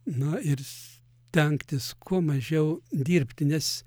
na stengtis kuo mažiau dirbti nes